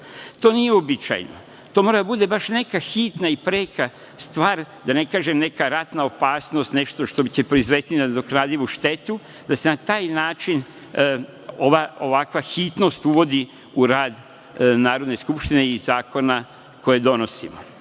To nije uobičajeno, to mora da bude baš neka hitna i preka stvar, da ne kažem neka ratna opasnost, nešto što će proizvesti nenadoknadivu štetu, da se na taj način ovakva hitnost uvodi u rad Narodne skupštine i zakona koje donosimo.U